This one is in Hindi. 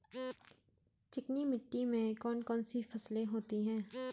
चिकनी मिट्टी में कौन कौन सी फसलें होती हैं?